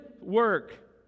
work